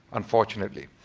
unfortunately.